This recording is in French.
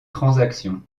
transaction